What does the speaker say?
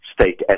state